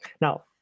Now